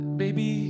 baby